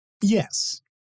Yes